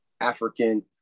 african